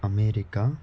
America